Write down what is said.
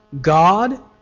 God